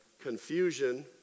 Confusion